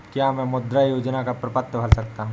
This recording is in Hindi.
क्या मैं मुद्रा योजना का प्रपत्र भर सकता हूँ?